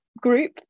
group